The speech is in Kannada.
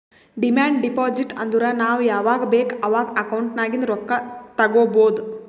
ಡಿಮಾಂಡ್ ಡೆಪೋಸಿಟ್ ಅಂದುರ್ ನಾವ್ ಯಾವಾಗ್ ಬೇಕ್ ಅವಾಗ್ ಅಕೌಂಟ್ ನಾಗಿಂದ್ ರೊಕ್ಕಾ ತಗೊಬೋದ್